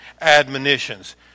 admonitions